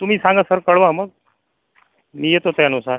तुम्ही सांगा सर कळवा मग मी येतो त्यानुसार